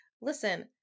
listen